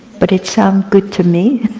but it sounded good to me,